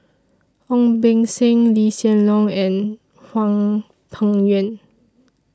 Ong Beng Seng Lee Hsien Loong and Hwang Peng Yuan